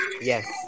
Yes